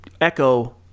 echo